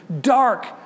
dark